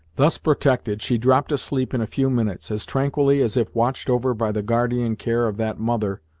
thus protected, she dropped asleep in a few minutes, as tranquilly as if watched over by the guardian care of that mother,